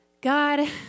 God